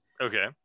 Okay